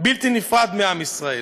בלתי נפרד מעם ישראל.